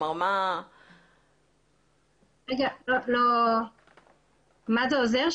מה זה עוזר?